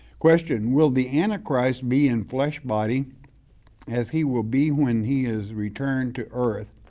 question, will the antichrist be in flesh body as he will be when he is returned to earth?